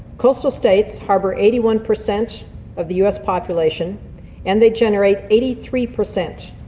coastal states harbour eighty one percent of the us population and they generate eighty three percent,